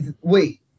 Wait